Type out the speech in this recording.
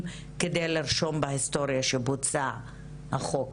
כדי לרשום בהיסטוריה שהחוק הזה בוצע.